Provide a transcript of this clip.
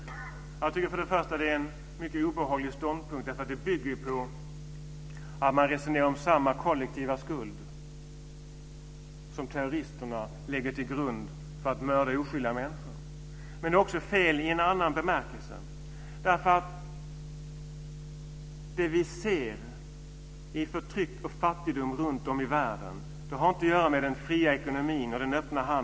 Jag tycker först och främst att det är en mycket obehaglig ståndpunkt, för den bygger på resonemang om samma kollektiva skuld som terroristerna lägger till grund för att mörda oskyldiga människor. Men det är fel också i en annan bemärkelse. Det som vi ser i form av förtryck och fattigdom runtom i världen har inte att göra med den fria ekonomin och den öppna handeln.